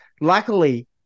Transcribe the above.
luckily